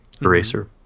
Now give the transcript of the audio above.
eraser